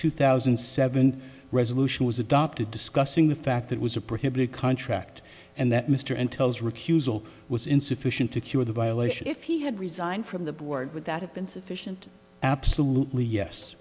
two thousand and seven resolution was adopted discussing the fact that was a prohibited contract and that mr intel's recusal was insufficient to cure the violation if he had resigned from the board would that have been sufficient absolutely yes